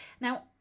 Now